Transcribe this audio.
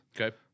Okay